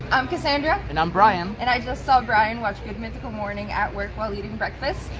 i'm cassandra. and i'm brian. and i just saw brian watch good mythical morning at work while eating breakfast.